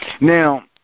Now